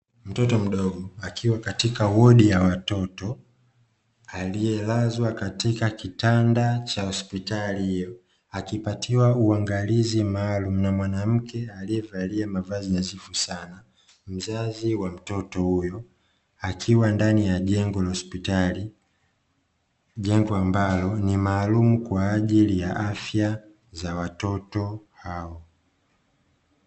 Mtoto mdogo akiwa katika wodi ya watoto aliyelazwa katika kitanda cha hospitali hiyo, akipatiwa uangalizi maalumu na mwanamke aliyevalia mavazi nadhifu sana. Mzazi wa mtoto huyo akiwa ndani ya jengo la hospitali, jengo ambalo ni maalumu kwa ajili ya watoto hao.